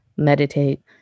Meditate